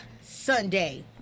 Sunday